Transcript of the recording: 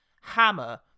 hammer